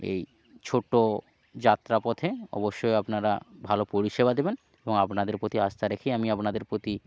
এই ছোটো যাত্রাপথে অবশ্যই আপনারা ভালো পরিষেবা দিবেন এবং আপনাদের প্রতি আস্থা রেখেই আমি আপনাদের প্রতি